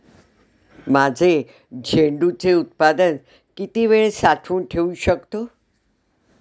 माझे झेंडूचे उत्पादन किती वेळ साठवून ठेवू शकतो?